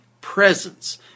presence